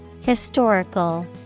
Historical